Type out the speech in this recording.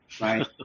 right